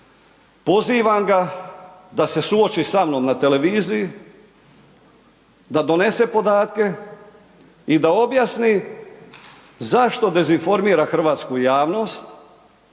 Pozivam ga da se suoči sa mnom na televiziji, da donese podatke i da objasni zašto dezinformira hrvatsku javnost